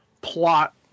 plot